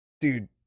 dude